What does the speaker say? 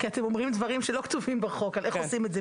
כי אתם אומרים דברים שלא כתובים בחוק על איך עושים את זה,